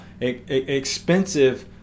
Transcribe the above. expensive